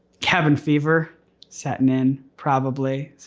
cabin fever setting in probably, so.